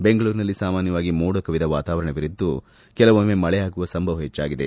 ಬೆಂಗಳೂರಿನಲ್ಲಿ ಸಾಮಾನ್ಯವಾಗಿ ಮೋಡ ಕವಿದ ವಾತಾವರಣವಿದ್ದು ಕೆಲವೊಮ್ಮೆ ಮಳೆಯಾಗುವ ಸಂಭವ ಹೆಚ್ಚಾಗಿದೆ